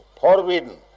forbidden